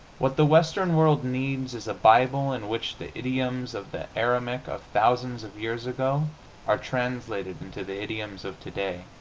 what the western world needs is a bible in which the idioms of the aramaic of thousands of years ago are translated into the idioms of today.